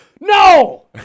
No